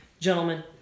Gentlemen